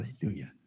Hallelujah